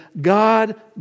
God